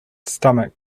stomach